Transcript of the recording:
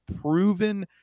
proven